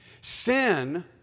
Sin